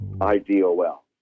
I-D-O-L